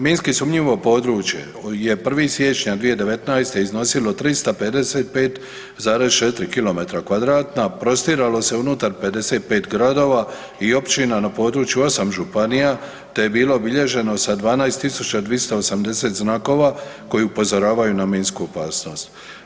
Minski sumnjivo područje je 1. siječnja 2019. iznosilo 355,4 km2 prostiralo se unutar 55 gradova i općina na području 8 županija te je bilo obilježeno sa 12.280 znakova koji upozoravaju na minsku opasnost.